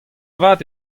vat